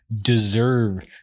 deserve